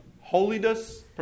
Holiness